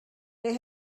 they